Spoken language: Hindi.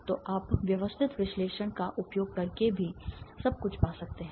तो आप व्यवस्थित विश्लेषण का उपयोग करके भी सब कुछ पा सकते हैं